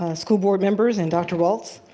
um school board members, and dr. walts.